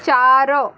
चार